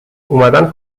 اومدن